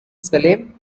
salem